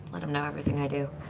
let him know everything i do.